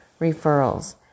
referrals